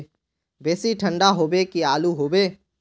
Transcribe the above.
बेसी ठंडा होबे की आलू होबे